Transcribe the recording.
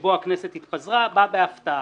שבו הכנסת התפזרה בא בהפתעה,